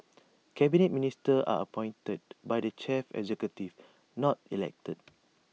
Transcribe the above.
Cabinet Ministers are appointed by the chief executive not elected